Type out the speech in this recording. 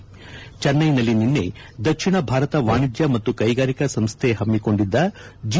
ನಿನ್ನೆ ಚೆನ್ನೈನಲ್ಲಿ ದಕ್ಷಿಣ ಭಾರತ ವಾಣಿಜ್ಯ ಮತ್ತು ಕೈಗಾರಿಕಾ ಸಂಸ್ಥೆ ಹಮ್ಮಿಕೊಂಡಿದ್ದ ಜಿ